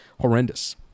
horrendous